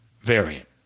variant